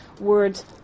words